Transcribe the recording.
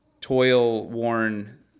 toil-worn